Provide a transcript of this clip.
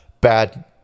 bad